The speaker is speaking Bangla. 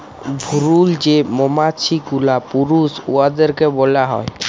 ভুরুল যে মমাছি গুলা পুরুষ উয়াদেরকে ব্যলা হ্যয়